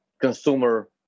consumer